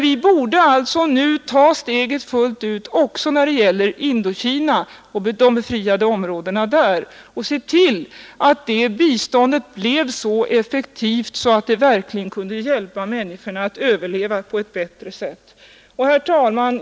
Vi borde nu ta steget fullt ut också när det gäller Indokina och de befriade områdena där och se till att det biståndet blir så effektivt att det verkligen kan hjälpa människorna att överleva på ett bättre sätt. Herr talman!